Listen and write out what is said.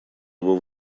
его